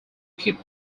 keep